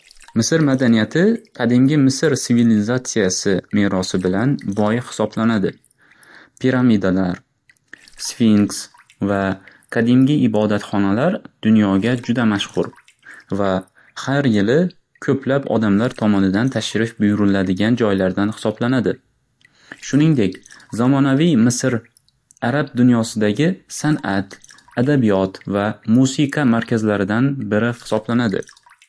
Misr madaniyati qadimgi misr sivilizatsiyasi bilan boy hisoblanadi. Piramidalar, sfinks va qadimgi ibodatxonalar dunyoga juda mashxur va har yili ko'plab odamlar tomonidan tashrif buyuriladigan joylardan hisoblanadi. Shuningdek, zamonaviy misr arab dunyosidagi san'at adabiyot va musiqa markazlaridan biri hisoblanadi.